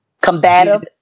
combative